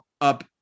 up